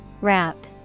Wrap